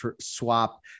swap